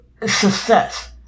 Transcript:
success